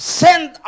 send